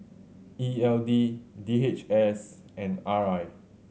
E L D D H S and R I